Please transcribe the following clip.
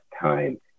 time